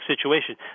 situation